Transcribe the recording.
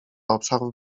obszarów